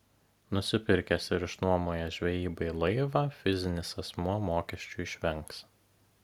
nusipirkęs ir išnuomojęs žvejybai laivą fizinis asmuo mokesčių išvengs